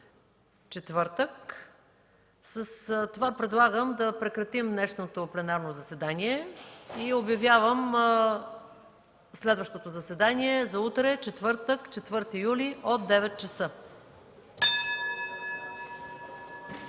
четвъртък. Предлагам да прекратим днешното пленарно заседание. Обявявам следващото заседание за утре – четвъртък, 4 юли 2013 г.,